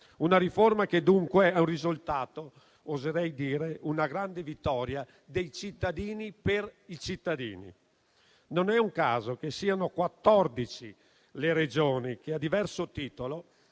una riforma che dunque è un risultato e, oserei dire, una grande vittoria dei cittadini per i cittadini. Non è un caso che siano 14 le Regioni che, a diverso titolo,